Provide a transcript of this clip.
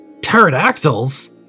Pterodactyls